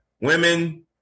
women